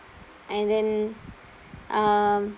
and then um